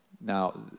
Now